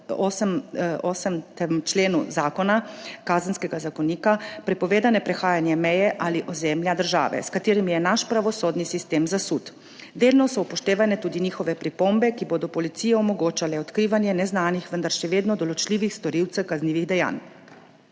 308. členu Kazenskega zakonika, prepovedano prehajanje meje ali ozemlja države, s katerimi je naš pravosodni sistem zasut. Delno so upoštevane tudi njihove pripombe, ki bodo policiji omogočale odkrivanje neznanih, vendar še vedno določljivih storilcev kaznivih dejanj.